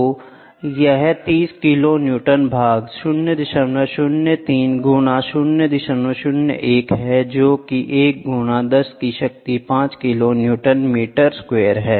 तो यह 30 kilo newton भाग 003गुना 001 है जो कि 1 गुना 10 की शक्ति 5 किलो न्यूटन मीटर स्क्वेयर है